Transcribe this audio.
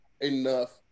enough